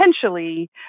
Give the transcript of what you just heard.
potentially